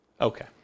Okay